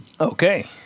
Okay